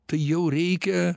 tai jau reikia